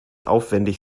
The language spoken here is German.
aufwendig